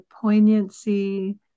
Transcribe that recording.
poignancy